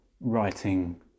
writing